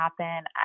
happen